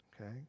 okay